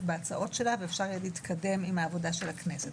בהצעות שלה ואפשר יהיה להתקדם עם העבודה של הכנסת.